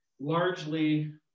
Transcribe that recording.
largely